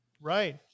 Right